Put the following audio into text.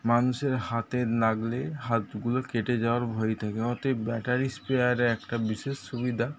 মানুষের হাতে লাগলে হাতগুলো কেটে যাওয়ার ভয় থাকে অতএব ব্যটারি স্প্রেয়ারে একটা বিশেষ সুবিধা